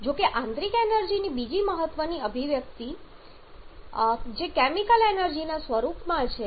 જો કે આંતરિક એનર્જી ની બીજી મહત્વની અભિવ્યક્તિ છે જે કેમિકલ એનર્જી ના સ્વરૂપમાં છે